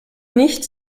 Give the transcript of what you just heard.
nicht